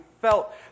felt